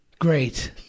Great